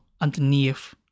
underneath